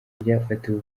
byafatiwe